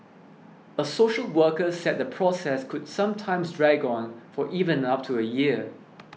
a social worker said the process could sometimes drag on for even up to a year